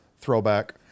throwback